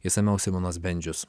išsamiau simonas bendžius